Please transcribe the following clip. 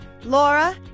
Laura